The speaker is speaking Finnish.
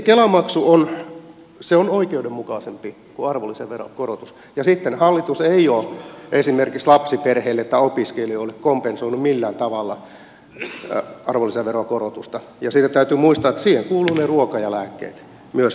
kela maksu on oikeudenmukaisempi kuin arvonlisäveron korotus ja hallitus ei ole esimerkiksi lapsiperheille tai opiskelijoille kompensoinut millään tavalla arvonlisäveron korotusta ja täytyy muistaa että siihen alvin piiriin kuuluvat ne ruoka ja lääkkeet myös